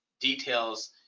details